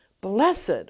Blessed